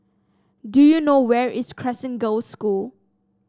do you know where is Crescent Girls' School